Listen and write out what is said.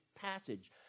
passage